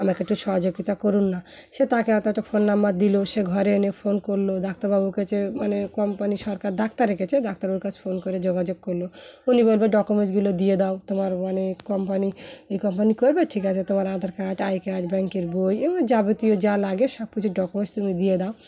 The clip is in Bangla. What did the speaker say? আমাকে একটু সহযোগিতা করুন না সে তাকে এতো একটা ফোন নম্বর দিল সে ঘরে এনে ফোন করলো ডাক্তারবাবুর কাছে মানে কোম্পানি সরকার ডাক্তার রেখেছে ডাক্তারবাবুর কাছে ফোন করে যোগাযোগ করলো উনি বলবে ডকুমেন্টসগুলো দিয়ে দাও তোমার মানে কোম্পানি এই কোম্পানি করবে ঠিক আছে তোমার আধার কার্ড আই কার্ড ব্যাঙ্কের বই এ যাবতীয় যা লাগে সব কিছু ডকুমেন্টস তুমি দিয়ে দাও